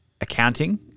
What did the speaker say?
accounting